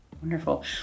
wonderful